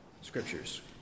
scriptures